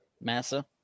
massa